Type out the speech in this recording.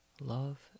love